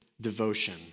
devotion